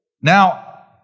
Now